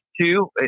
two